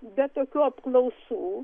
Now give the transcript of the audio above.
bet tokių apklausų